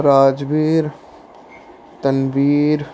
Rajveer Tanveer